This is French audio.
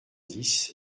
dix